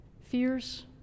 fears